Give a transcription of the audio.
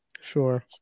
Sure